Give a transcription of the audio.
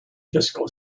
fiscal